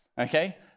Okay